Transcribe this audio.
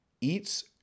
eats